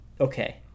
Okay